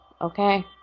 Okay